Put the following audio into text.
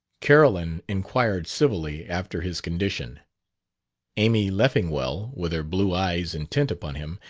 carolyn inquired civilly after his condition amy leffingwell, with her blue eyes intent upon him,